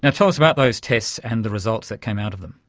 and tell us about those tests and the results that came out of them.